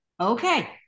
Okay